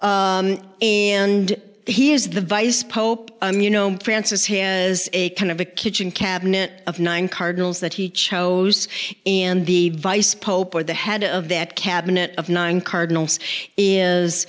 leaks and he is the vice pope you know francis he has a kind of a kitchen cabinet of nine cardinals that he chose and the vice pope or the head of that cabinet of nine cardinals